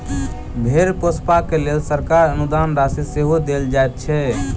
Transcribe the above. भेंड़ पोसबाक लेल सरकार अनुदान राशि सेहो देल जाइत छै